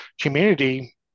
community